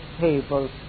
table